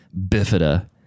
bifida